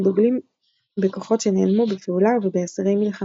הדוגלים בכוחות שנעלמו בפעולה ובאסרי מלחמה.